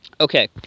Okay